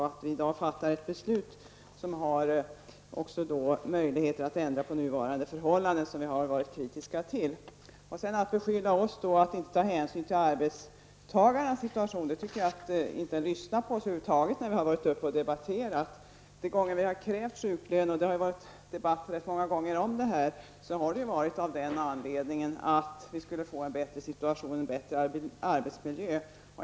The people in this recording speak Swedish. Vi fattar i dag ett beslut som ger möjligheter att ändra på nuvarande förhållanden som vi har varit kritiska till. Jag tycker att det är att inte ha lyssnat på oss när vi har debatterat när man beskyller oss för att inte ta hänsyn till arbetstagarens situation. De gånger vi har krävt sjuklön -- det har varit debatt många gånger om den frågan -- har det varit av den anledningen att det skulle kunna skapas en bättre situation och bättre arbetsmiljö.